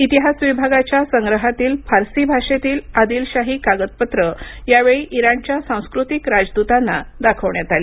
इतिहास विभागाच्या संग्रहातील फारसी भाषेतील आदिलशाही कागदपत्रं यावेळी इराणच्या सांस्कृतिक राजदूतांना दाखवण्यात आली